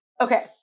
Okay